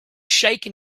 shaken